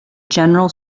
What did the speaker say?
general